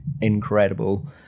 incredible